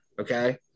Okay